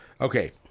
Okay